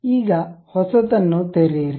ಈಗ ಹೊಸದನ್ನು ತೆರೆಯಿರಿ